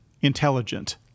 intelligent